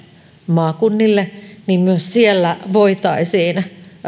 maakunnille myös siellä voitaisiin